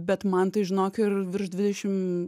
bet man tai žinok ir virš dvidešim